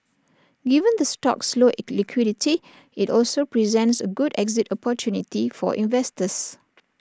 given the stock's low liquidity IT also presents A good exit opportunity for investors